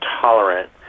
tolerant